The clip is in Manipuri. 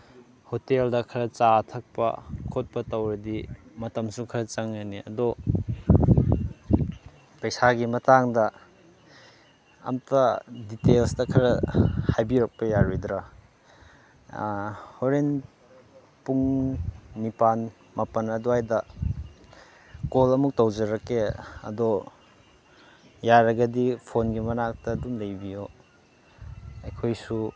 ꯍꯣꯇꯦꯜꯗ ꯈꯔ ꯆꯥ ꯊꯛꯄ ꯈꯣꯠꯄ ꯇꯧꯔꯗꯤ ꯃꯇꯝꯁꯨ ꯈꯔ ꯆꯪꯉꯅꯤ ꯑꯗꯣ ꯄꯩꯁꯥꯒꯤ ꯃꯇꯥꯡꯗ ꯑꯝꯇ ꯗꯤꯇꯦꯜꯁꯇ ꯈꯔ ꯍꯥꯏꯕꯤꯔꯛꯄ ꯌꯥꯔꯣꯏꯗ꯭ꯔ ꯍꯣꯔꯦꯟ ꯄꯨꯡ ꯅꯤꯄꯥꯜ ꯃꯥꯄꯜ ꯑꯗꯨꯋꯥꯏꯗ ꯀꯣꯜ ꯑꯃꯨꯛ ꯇꯧꯖꯔꯛꯀꯦ ꯑꯗꯣ ꯌꯥꯔꯒꯗꯤ ꯐꯣꯟꯒꯤ ꯃꯅꯥꯛꯇ ꯑꯗꯨꯝ ꯂꯩꯕꯤꯌꯣ ꯑꯩꯈꯣꯏꯁꯨ